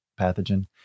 pathogen